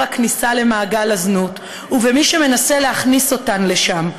הכניסה למעגל הזנות ובמי שמנסה להכניס אותן לשם.